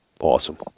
awesome